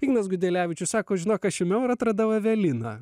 ignas gudelevičius sako žinok aš ėmiau ir atradau eveliną